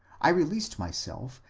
i released myself,